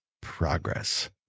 progress